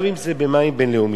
גם אם זה במים בין-לאומיים.